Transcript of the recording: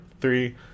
three